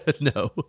No